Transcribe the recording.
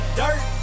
dirt